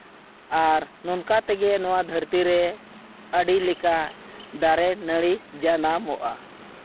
ᱟᱨ ᱱᱚᱝᱠᱟ ᱛᱮᱜᱮ ᱱᱚᱣᱟ ᱫᱷᱟᱹᱨᱛᱤ ᱨᱮ ᱟᱹᱰᱤ ᱞᱮᱠᱟ ᱫᱟᱨᱮ ᱱᱟᱹᱲᱤ ᱡᱟᱱᱟᱢᱚᱜᱼᱟ